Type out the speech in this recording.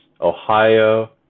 Ohio